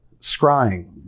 scrying